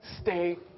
stay